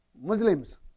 Muslims